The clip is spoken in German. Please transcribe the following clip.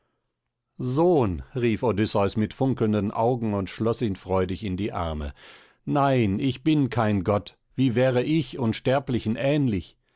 sohn rief odysseus mit funkelnden augen und schloß ihn freudig in die arme nein ich bin kein gott wie wäre ich unsterblichen ähnlich